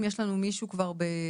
אם יש לנו מישהו כבר בזום?